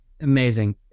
Amazing